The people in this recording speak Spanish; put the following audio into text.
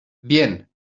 bien